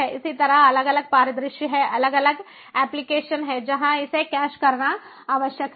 इसी तरह अलग अलग परिदृश्य हैं अलग अलग एप्लिकेशन हैं जहां इसे कैश करना आवश्यक है